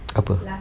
apa